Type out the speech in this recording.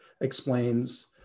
explains